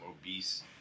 obese